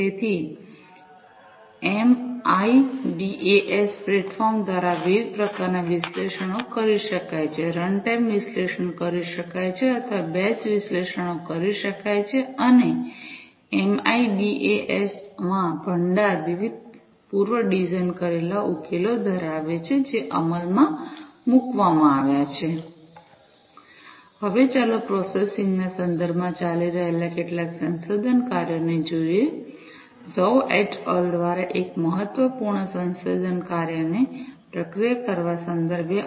તેથી MIDAS platform દ્વારા વિવિધ પ્રકારનાં વિશ્લેષણો કરી શકાય છે રનટાઇમ વિશ્લેષણ કરી શકાય છે અથવા બેચ વિશ્લેષણો કરી શકાય છે અને એમઆઈડીએએસ માં ભંડાર વિવિધ પૂર્વ ડિઝાઇન કરેલા ઉકેલો ધરાવે છે જે અમલમાં મૂકવામાં આવ્યા છે હવે ચાલો પ્રોસેસિંગ ના સંદર્ભમાં ચાલી રહેલા કેટલાક સંશોધન કાર્યોને જોઈએ ઝોઉ એટ અલ દ્વારા એક મહત્વપૂર્ણ સંશોધન કાર્યને પ્રક્રિયા કરવા સંદર્ભે